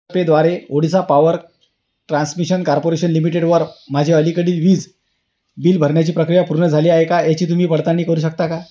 पेद्वारे Odisha power transmission corporation लिमिटेडवर माझे अलीकडील वीज बिल भरण्याची प्रक्रिया पूर्ण झाली आहे का याची तुम्ही पडताळणी करू शकता का